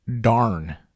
darn